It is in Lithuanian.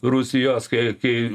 rusijos kai kai